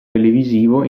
televisivo